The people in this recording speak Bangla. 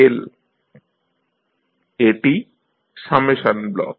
এটিই সামেশান ব্লক